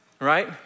right